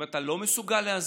אם אתה לא מסוגל להסביר,